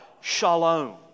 shalom